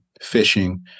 fishing